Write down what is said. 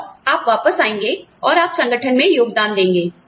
और आप वापस आएंगे और आप संगठन में योगदान देंगे